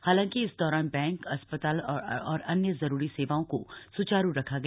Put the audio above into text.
हालांकि इस दौरान बैंक अस्पताल और अन्य जरूरी सेवाओं को स्चारू रखा गया